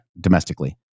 domestically